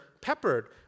peppered